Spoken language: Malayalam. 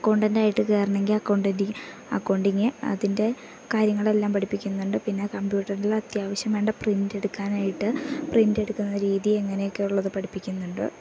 അക്കൗണ്ടൻ്റായിട്ട് കയറാനാണെങ്കിൽ അക്കൗണ്ടൻ്റിങ്ങ് അക്കൗണ്ടിങ്ങ് അതിൻ്റെ കാര്യങ്ങളെല്ലാം പഠിപ്പിക്കുന്നുണ്ട് പിന്നെ കമ്പ്യൂട്ടറിൽ അത്യാവശ്യം വേണ്ട പ്രിൻ്റ് എടുക്കാനായിട്ട് പ്രിൻ്റ് എടുക്കുന്ന രീതി അങ്ങനെയൊക്കെ ഉള്ളത് പഠിപ്പിക്കുന്നുണ്ട്